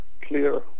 clear